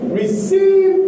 receive